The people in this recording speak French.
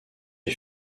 est